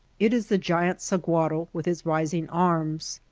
it is the giant sahuaro with its rising arms,